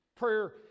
Prayer